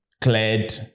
cleared